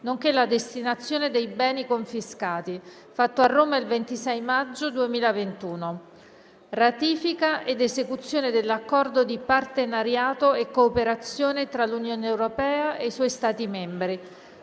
nonché la destinazione dei beni confiscati, fatto a Roma il 26 maggio 2021». «Ratifica ed esecuzione dell'Accordo di partenariato e cooperazione tra l'Unione europea e i suoi Stati membri,